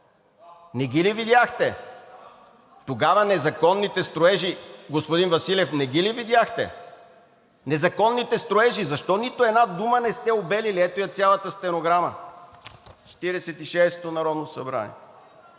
Не ги ли видяхте? Тогава незаконните строежи, господин Василев, не ги ли видяхте? Незаконните строежи?! Защо нито една дума не сте обелили – ето я цялата стенограма: „Четиридесет